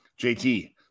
jt